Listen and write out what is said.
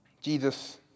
Jesus